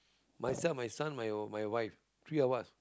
myself my son my wife three of us